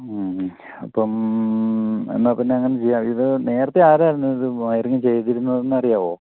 മ്മ് മ്മ അപ്പം എന്നാൽ പിന്നെ അങ്ങനെ ചെയ്യാം ഇത് നേരത്തെ ആരായിരുന്നു ഇത് വയറിങ് ചെയ്തിരുന്നത് എന്ന് അറിയാമോ